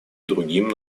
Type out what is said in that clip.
другим